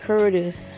Curtis